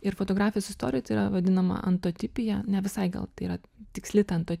ir fotografijos istorijoj tai yra vadinama antotipija ne visai gal tai yra tiksli ten to